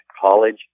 college